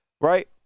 right